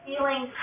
Feeling